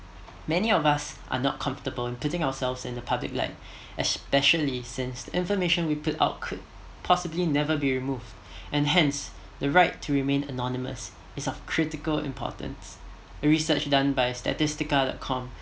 many of us are not comfortable in putting ourselves in the public like especially since information we put out could possibly never be removed and hence the right to remain anonymous is not critical importance a research done by a statistical dot com